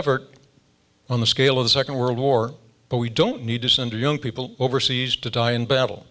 effort on the scale of the second world war but we don't need to send young people overseas to die in battle